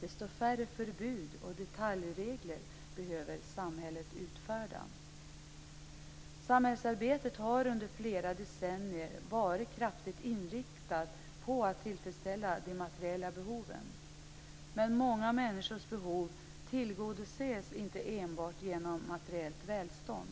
desto färre förbud och detaljregler behöver samhället utfärda. Samhällsarbetet har under flera decennier varit kraftigt inriktat på att tillfredsställa de materiella behoven. Men många människors behov tillgodoses inte enbart genom materiellt välstånd.